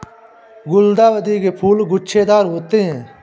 गुलदाउदी के फूल गुच्छेदार होते हैं